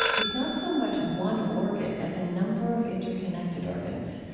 is not so much one organ as a number of interconnected organs.